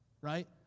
right